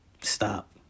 Stop